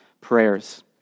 prayers